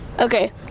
Okay